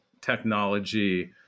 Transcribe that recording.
technology